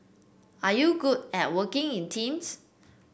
are you good at working in teams